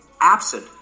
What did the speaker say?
absent